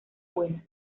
buena